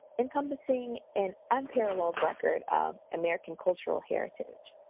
encompassing an unparalleled record of american cultural heritage.